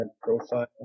profile